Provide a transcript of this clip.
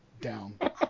down